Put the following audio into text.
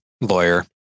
lawyer